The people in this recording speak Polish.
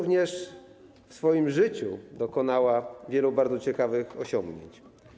W swoim życiu dokonała również wielu bardzo ciekawych osiągnięć.